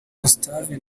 gustave